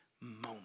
moment